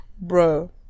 bro